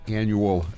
annual